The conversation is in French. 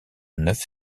neuf